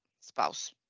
spouse